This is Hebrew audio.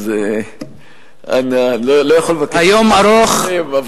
אז אנא סבלנותכם.